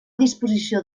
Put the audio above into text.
disposició